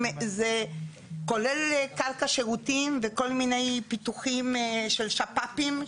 אם זה כולל קרקע שירותים וכל מיני פיתוחים של שפ"פים,